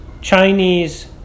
Chinese